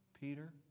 Peter